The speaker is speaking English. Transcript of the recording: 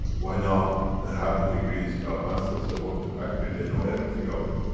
why not? they have the degrees, they are masters, they work in the factory, they know everything of it.